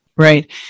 Right